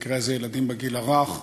במקרה הזה ילדים בגיל הרך,